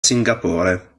singapore